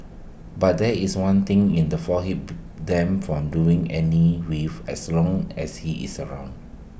but there is one thing in the for hub them from doing any with as long as he is around